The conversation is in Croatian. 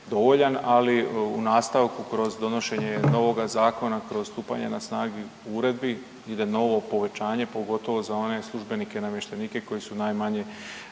ali u nastavku kroz donošenje novoga zakona, kroz stupanje na snagu uredbi ide novo povećanje pogotovo za one službenike i namještenike koji su najmanje